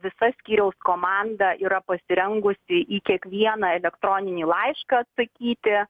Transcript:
visa skyriaus komanda yra pasirengusi į kiekvieną elektroninį laišką atsakyti